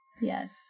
Yes